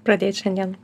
pradėt šiandien